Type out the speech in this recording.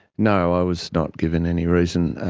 no, i was not given any reason,